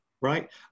right